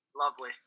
Lovely